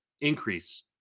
increase